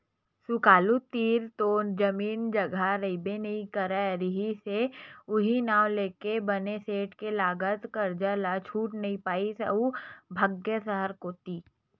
सुकालू तीर तो जमीन जघा रहिबे नइ करे रिहिस हे उहीं नांव लेके बने सेठ के लगत करजा ल छूट नइ पाइस अउ भगागे सहर कोती